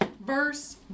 verse